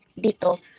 dito